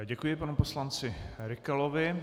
Děkuji panu poslanci Rykalovi.